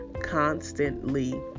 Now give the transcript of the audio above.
constantly